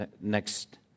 next